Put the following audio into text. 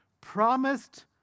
Promised